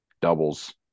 doubles